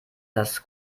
dass